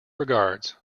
regards